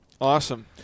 Awesome